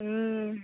ம்